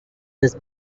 his